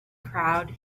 crowd